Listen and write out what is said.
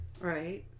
Right